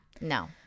No